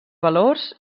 valors